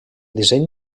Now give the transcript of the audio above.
disseny